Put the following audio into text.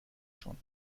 schon